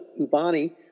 Ubani